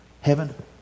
heaven